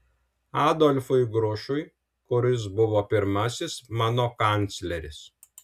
adolfui grušui kuris buvo pirmasis mano kancleris